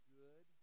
good